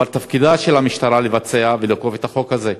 אבל תפקידה של המשטרה הוא לבצע ולאכוף את החוק הזה.